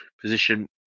position